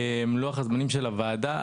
לוח הזמנים של הוועדה?